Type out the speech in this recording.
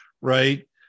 right